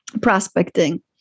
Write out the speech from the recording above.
prospecting